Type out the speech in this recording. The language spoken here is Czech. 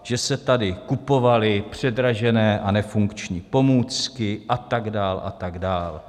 Že se tady kupovaly předražené a nefunkční pomůcky a tak dál a tak dál.